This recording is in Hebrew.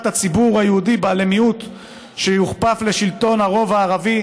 הציבור היהודי בה למיעוט שיוכפף" לשלטון הרוב הערבי